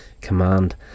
command